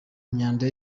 imyanda